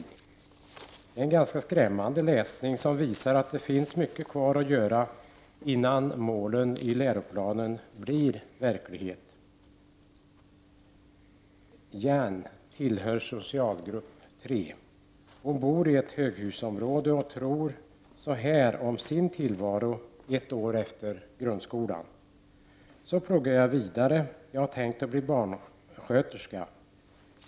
Det är en ganska skrämmande läsning, som visar att det finns mycket kvar att göra innan målen i läroplanen blir verklighet. Gerd tillhör socialgrupp tre. Hon bor i ett höghusområde, och om sin tillvaro ett år efter grundskolan tror hon följande: ”Så pluggar jag vidare, jag hade tänkt bli barnsköterska.